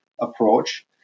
approach